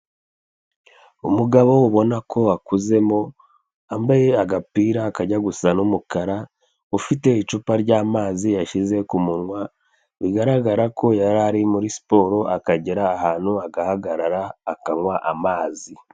Umugabo ubona ko akuzemo, wambaye agapira kajya gusa n'umukara, ufite icupa ry'amazi yashyize ku munwa, bigaragara ko yari ari muri siporo akagera ahantu agahagarara akanywa amazi.